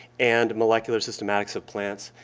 and molecular systematics of plants.